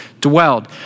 dwelled